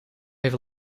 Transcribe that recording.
even